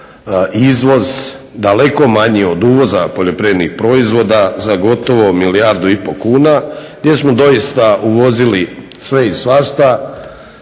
izvoz daleko manji od uvoza poljoprivrednih proizvoda za gotovo milijardu i pol kuna gdje smo doista uvozili sve i svašta